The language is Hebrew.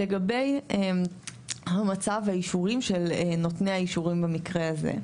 לגבי המצב והאישורים של נותני האישורים במקרה הזה,